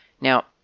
Now